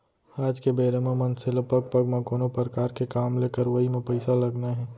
आज के बेरा म मनसे ल पग पग म कोनो परकार के काम के करवई म पइसा लगना हे